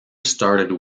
started